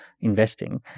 investing